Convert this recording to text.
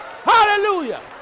Hallelujah